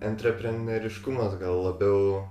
antrepreneriškumas gal labiau